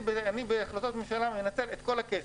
אני בהחלטות ממשלה מנצל את כל הכסף,